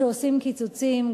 כשעושים קיצוצים,